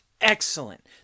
excellent